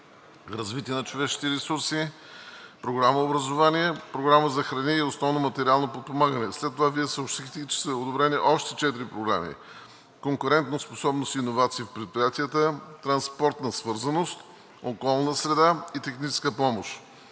„Развитие на човешките ресурси“, Програма „Образование“ и Програма за храни и основно материално подпомагане. След това Вие съобщихте, че са одобрени още четири програми: „Конкурентоспособност и иновации в предприятията“, „Транспортна свързаност“, „Околна среда“ и „Техническа помощ“.